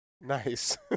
nice